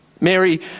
Mary